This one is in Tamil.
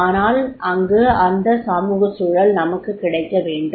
ஆனால் அங்கு அந்த சமூக சூழல் நமக்குக் கிடைக்க வேண்டும்